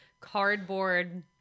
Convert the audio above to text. cardboard